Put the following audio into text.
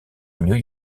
new